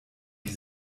ich